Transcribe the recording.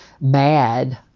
mad